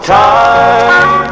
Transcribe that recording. time